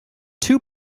two